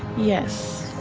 yes.